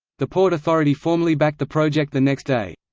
the port authority formally backed the project the next day.